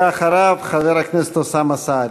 ואחריו, חבר הכנסת אוסאמה סעדי.